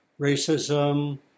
racism